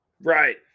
Right